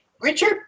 Richard